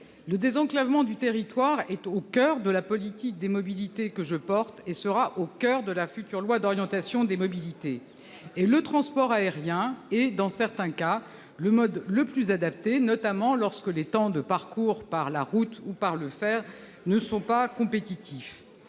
le désenclavement du territoire est au coeur de la politique des mobilités que je défends et sera au coeur de la future loi d'orientation sur les mobilités. Le transport aérien est, dans certains cas, le mode le plus adapté, notamment lorsque les temps de parcours par la route ou par le rail ne sont pas compétitifs.